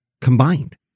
combined